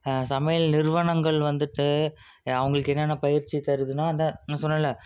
சமையல் நிறுவனங்கள் வந்துட்டு அவங்களுக்கு என்னென்ன பயிற்சி தருதுனால் அதுதான் நான் சொன்னல்லே